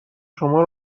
شما